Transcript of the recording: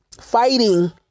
fighting